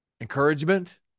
Encouragement